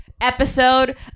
episode